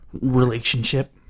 relationship